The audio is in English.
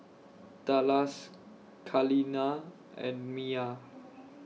Dallas Kaleena and Mia